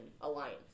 alliance